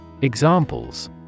Examples